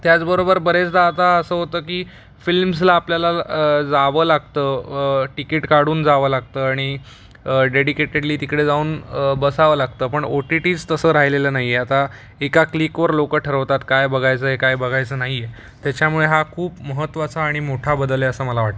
त्याचबरोबर बरेचदा आता असं होतं की फिल्मला आपल्याला जावं लागतं टिकीट काढून जावं लागतं आणि डेडिकेटेडली तिकडे जाऊन बसावं लागतं पण ओ टी टी ज तसं राहिलेलं नाही आहे आता एका क्लिकवर लोक ठरवतात काय बघायचं आहे काय बघायचं नाही आहे त्याच्यामुळे हा खूप महत्त्वाचा आणि मोठा बदल आहे असं मला वाटतं